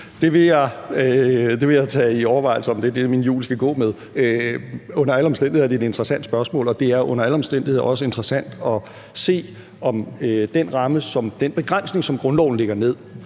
Jeg vil overveje, om det er det, min jul skal gå med. Under alle omstændigheder er det et interessant spørgsmål, og det er under alle omstændigheder også interessant at se, i hvilket omfang den ramme, den begrænsning, som grundloven lægger ned